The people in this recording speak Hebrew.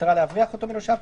במטרה להבריח אותו מנושיו,